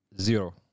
Zero